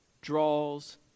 draws